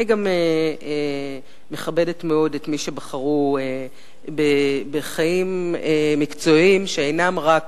אני גם מכבדת מאוד את מי שבחרו בחיים משפטיים מקצועיים שאינם רק